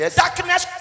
darkness